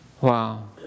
Wow